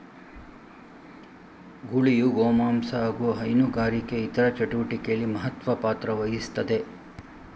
ಗೂಳಿಯು ಗೋಮಾಂಸ ಹಾಗು ಹೈನುಗಾರಿಕೆ ಇತರ ಚಟುವಟಿಕೆಲಿ ಮಹತ್ವ ಪಾತ್ರವಹಿಸ್ತದೆ